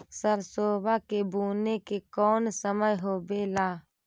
सरसोबा के बुने के कौन समय होबे ला?